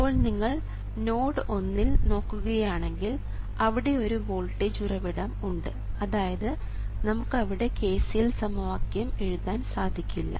ഇപ്പോൾ നിങ്ങൾ നോഡ് 1 ൽ നോക്കുകയാണെങ്കിൽ അവിടെ ഒരു വോൾട്ടേജ് ഉറവിടം ഉണ്ട് അതായത് നമുക്ക് അവിടെ KCL സമവാക്യം എഴുതാൻ സാധിക്കില്ല